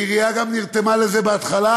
העירייה גם נרתמה לזה בהתחלה.